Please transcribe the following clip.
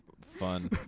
fun